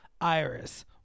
Iris